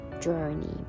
journey